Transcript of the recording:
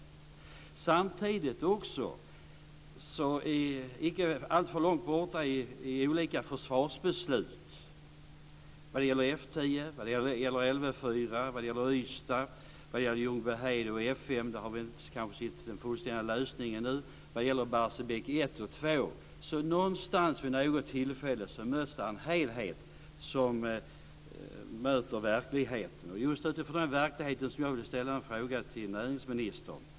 Samtidigt är olika försvarsbeslut icke alltför långt borta. Det är beslut vad gäller F 10, LV 4, Ystad, Ljungbyhed och F 5 - där har vi kanske ännu inte sett den fullständiga lösningen - och Barsebäck 1 och 2. Någonstans, vid något tillfälle är det en helhet som möter verkligheten. Det är just utifrån den verkligheten som jag vill ställa en fråga till näringsministern.